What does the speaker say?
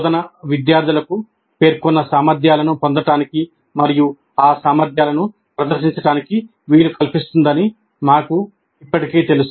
బోధన విద్యార్థులకు పేర్కొన్న సామర్థ్యాలను పొందటానికి మరియు ఆ సామర్థ్యాలను ప్రదర్శించడానికి వీలు కల్పిస్తుందని మాకు ఇప్పటికే తెలుసు